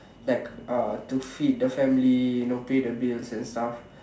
like uh to feed the family you know pay the bills and stuff